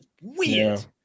Weird